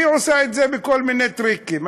והיא עושה את זה בכל מיני טריקים.